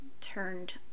turned